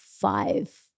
five